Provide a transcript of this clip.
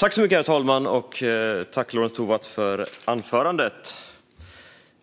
Herr talman! Tack, Lorentz Tovatt, för anförandet!